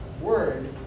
word